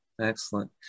excellent